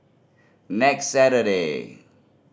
next Saturday